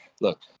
Look